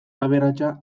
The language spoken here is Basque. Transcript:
aberatsa